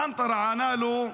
ענתרה ענה לו: